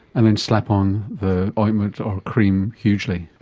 and then slap on the ointment or cream hugely.